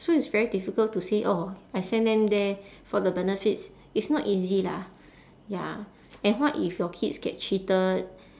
so it's very difficult to say oh I send them there for the benefits it's not easy lah ya and what if your kids got cheated